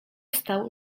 stał